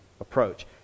approach